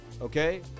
Okay